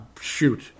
Shoot